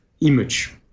image